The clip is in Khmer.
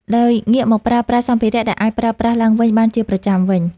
ដោយងាកមកប្រើប្រាស់សម្ភារៈដែលអាចប្រើប្រាស់ឡើងវិញបានជាប្រចាំវិញ។